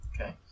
Okay